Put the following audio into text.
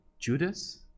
Judas